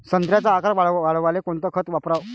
संत्र्याचा आकार वाढवाले कोणतं खत वापराव?